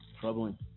Troubling